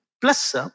plus